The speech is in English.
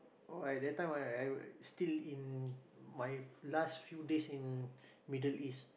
oh that time I I still in my last few days in Middle-East